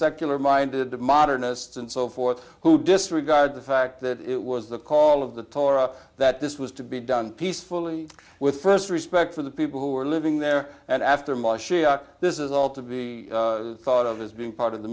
secular minded modernist and so forth who disregard the fact that it was the call of the torah that this was to be done peacefully with st respect for the people who are living there and after my shock this is all to be thought of as being part of the